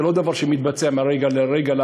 זה לא דבר שמתבצע מהרגע להרגע.